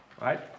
Right